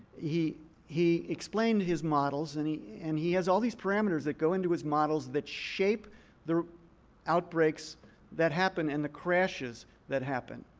he he explained his models. and he and he has all these parameters that go into his models that shape the outbreaks that happen and the crashes that happen.